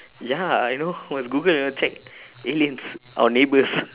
ya I know must google you know check aliens our neighbours